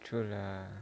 true lah